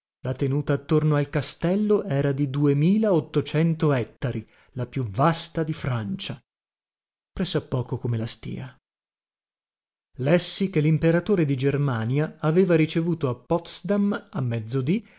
la tenuta attorno al castello era di duemila ottocento ettari la più vasta di francia pressa poco come la stìa lessi che limperatore di germania aveva ricevuto a potsdam a mezzodì